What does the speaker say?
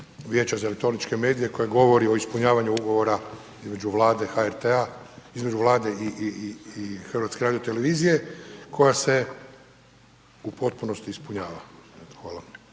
Vijeća za elektroničke medije koja govori o ispunjavanja ugovora između Vlade i HRT-a koja se u potpunosti ispunjava.